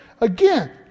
again